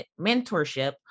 mentorship